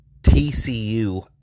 TCU